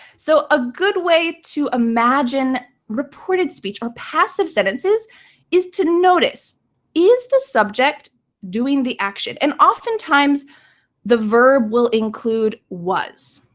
so a good way to imagine reported speech or passive sentences is to notice is the subject doing the action? and oftentimes the verb will include was.